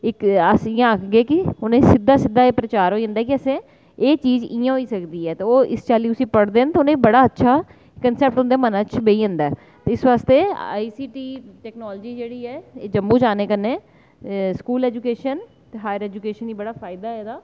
इक्क ते अस इ'यां आक्खगे कि उ'नें सिद्धा सिद्धा प्रचार होई जंदा कि ते एह् चीज़ इ'यां होई सकदी ऐ ते ओह् पढ़दे न ते उ'नेंगी बड़ा अच्छा कंसेप्ट उं'दे मनै च बेही जंदा ऐ इस वास्तै आईसीटी टेक्नोलॉजी जेह्ड़ी ऐ एह् जम्मू च आने कन्नै स्कूल ऐजूकेशन हायर ऐजूकेशन गी बड़ा फायदा होए दा ऐ